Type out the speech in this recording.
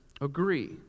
agree